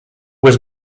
was